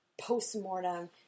post-mortem